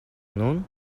nun